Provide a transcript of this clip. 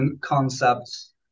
concepts